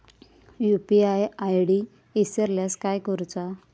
UPI ID इसरल्यास काय करुचा?